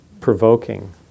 provoking